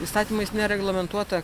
įstatymais nereglamentuota